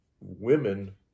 women